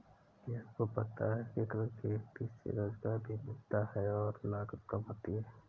क्या आपको पता है एकीकृत खेती से रोजगार भी मिलता है और लागत काम आती है?